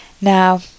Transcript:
Now